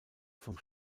vom